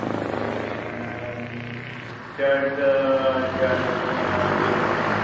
shirt shirt jeans बीन